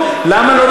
למה אתה